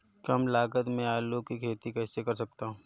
कम लागत में आलू की खेती कैसे कर सकता हूँ?